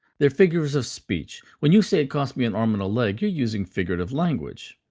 they're figures of speech. when you say, it cost me an arm and a leg, you're using figurative language,